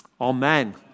Amen